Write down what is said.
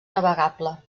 navegable